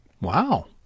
Wow